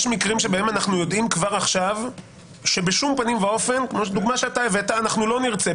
יש מקרים שבהם אנחנו יודעים כבר עכשיו שבשום פנים ואופן אנחנו לא נרצה.